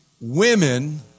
Women